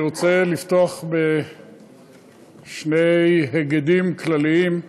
אני רוצה לפתוח בשני היגדים כלליים,